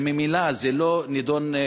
הרי ממילא זה לא נדון,